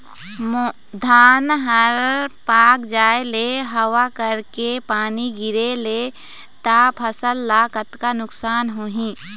धान हर पाक जाय ले हवा करके पानी गिरे ले त फसल ला कतका नुकसान होही?